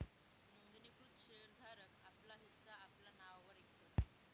नोंदणीकृत शेर धारक आपला हिस्सा आपला नाववर इकतस